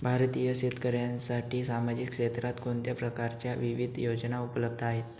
भारतीय शेतकऱ्यांसाठी सामाजिक क्षेत्रात कोणत्या प्रकारच्या विविध योजना उपलब्ध आहेत?